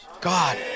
God